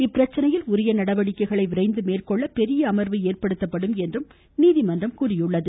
இப்பிரச்சினையில் உரிய நடவடிக்கைகளை விரைந்து மேற்கொள்ள பெரிய அமர்வு ஏற்படுத்தப்படும் என்றும் நீதிமன்றம் தெரிவித்துள்ளது